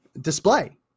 display